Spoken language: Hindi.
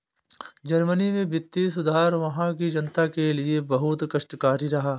जर्मनी में वित्तीय सुधार वहां की जनता के लिए बहुत कष्टकारी रहा